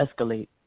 escalate